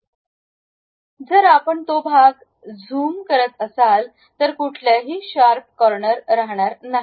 तर जर आपण तो भाग झूम करत असाल तर कुठलाही शार्प कॉर्नर राहणार नाही